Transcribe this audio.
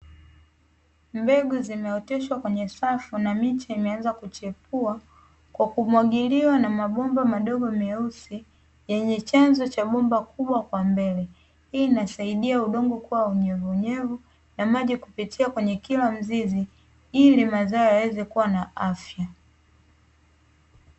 Mbegu zimeoteshwa kwenye safu na miche imeanza kuchepua, kwa kumwagiliwa na mabomba mawili meusi yenye chanzo cha bomba kubwa kwa mbele hii inasaidia mimea kukuwa kwa unyevunyevu na maji kupitia kila kwenye mzizi na mazao yaweze kuwa na afya.